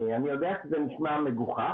אני יודע שזה נשמע מגוחך,